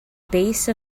base